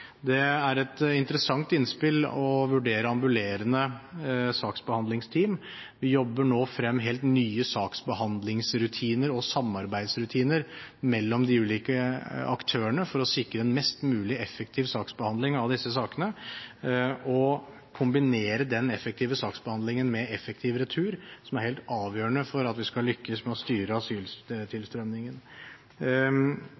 Det er et interessant innspill å vurdere ambulerende saksbehandlingsteam. Vi jobber nå frem helt nye saksbehandlingsrutiner og samarbeidsrutiner mellom de ulike aktørene for å sikre en mest mulig effektiv saksbehandling av disse sakene. Å kombinere den effektive saksbehandlingen med effektiv retur er helt avgjørende for at vi skal lykkes med å styre asyltilstrømningen.